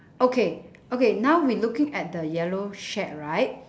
okay okay now we looking at the yellow shack right